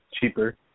cheaper